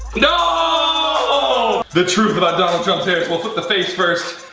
ah the truth about donald we'll flip the face first,